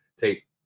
take